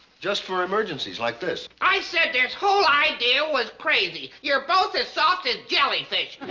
just for emergencies like this. i said this whole idea was crazy. you're both as soft as jellyfish.